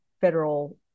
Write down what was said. federal